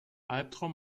albtraum